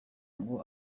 ngo